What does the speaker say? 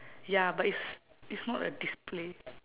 ya but it's it's not a display